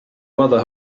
mother